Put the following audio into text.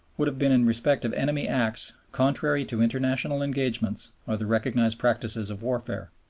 would have been in respect of enemy acts contrary to international engagements or the recognized practices of warfare.